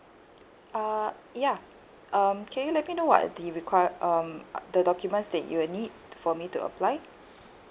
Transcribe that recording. uh yeah um can you let me know what are the require~ um the documents that you will need for me to apply